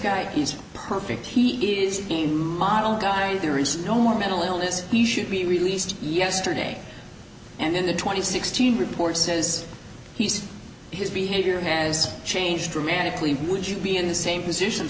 is perfect he is model guy there is no mental illness he should be released yesterday and then the twenty sixteen report says he's his behavior has changed dramatically would you be in the same position